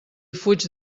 fuig